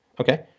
okay